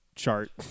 chart